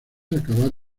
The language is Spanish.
acabar